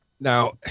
Now